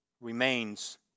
remains